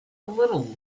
little